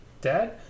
dad